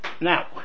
Now